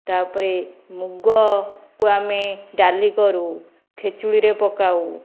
ତା'ପରେ ମୁଗକୁ ଆମେ ଡାଲି କରୁ ଖେଚୁଡ଼ିରେ ପକାଉ